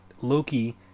Loki